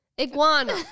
Iguana